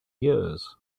years